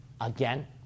again